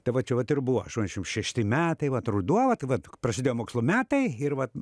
tai va čia vat ir buvo aštuoniasdešim šešti metai vat ruduo vat vat prasidėjo mokslo metai ir vat